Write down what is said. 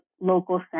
local